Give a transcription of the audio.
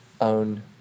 own